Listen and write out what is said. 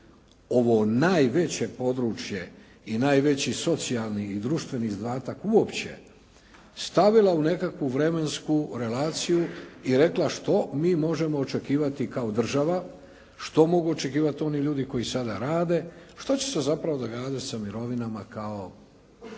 ovo najveće područje i najveći socijalni i društveni izdatak uopće stavila u nekakvu vremensku relaciju i rekla što mi možemo očekivati kao država, što mogu očekivati oni ljudi koji sada rade, što će se zapravo događati sa mirovinama kao